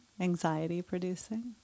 anxiety-producing